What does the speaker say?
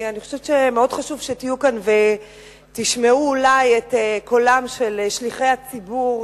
כי אני חושבת שמאוד חשוב שתהיו כאן ותשמעו אולי את קולם של שליחי הציבור